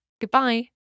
Goodbye